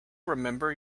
remember